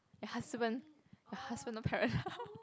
your husband your husband no parent